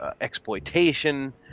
exploitation